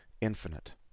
infinite